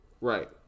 Right